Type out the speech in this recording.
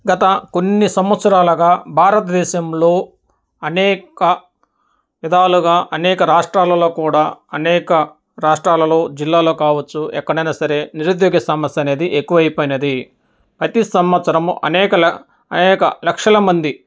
గత కొన్ని సంవత్సరాలగా భారతదేశంలో అనేక విధాలుగా అనేక రాష్ట్రాలలో కూడా అనేక రాష్ట్రాలలో జిల్లాలో కావచ్చు ఎక్కడైనా సరే నిరుద్యోగ సమస్య అనేది ఎక్కువైపోయింది ప్రతీ సంవత్సరము అనేకల అనేక లక్షల మంది